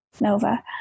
Nova